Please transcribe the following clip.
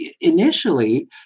initially